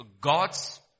God's